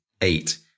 Eight